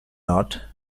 not